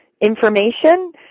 information